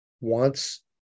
wants